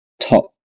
top